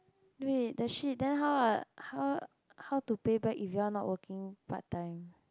wait then the shit how how how to pay back you all are not working part time